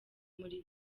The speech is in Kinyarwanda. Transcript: muri